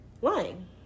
lying